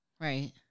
Right